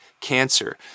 cancer